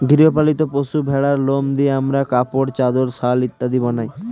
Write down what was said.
গৃহ পালিত পশু ভেড়ার লোম দিয়ে আমরা কাপড়, চাদর, শাল ইত্যাদি বানাই